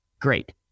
Great